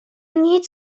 nic